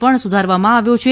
પણ સુધારવામાં આવ્યો છે